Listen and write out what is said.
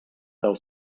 del